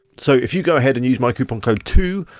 so if you go ahead and use my coupon code too,